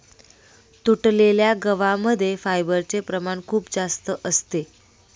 तुटलेल्या गव्हा मध्ये फायबरचे प्रमाण खूप जास्त असते